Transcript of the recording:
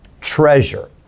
treasure